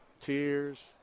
tears